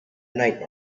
night